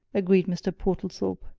agreed mr. portlethorpe,